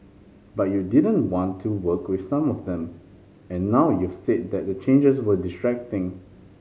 but you didn't want to work with some of them and now you've said that the changes were distracting